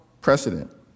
precedent